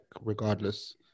regardless